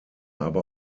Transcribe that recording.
aber